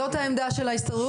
זאת העמדה של ההסתדרות?